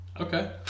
okay